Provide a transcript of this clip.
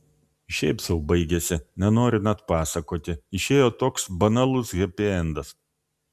šiaip sau baigėsi nenoriu net pasakoti išėjo toks banalus hepiendas